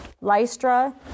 Lystra